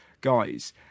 guys